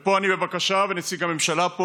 פה אני בבקשה, ונציג הממשלה פה,